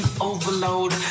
overload